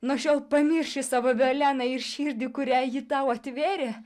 nuo šiol pamirši savo violeną ir širdį kurią ji tau atvėrė